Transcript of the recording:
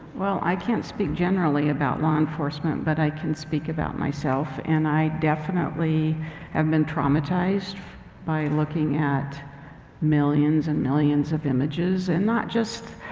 well, i can't speak generally about law enforcement, but i can speak about myself. and i definitely have been traumatized by looking at millions and millions of images and not just,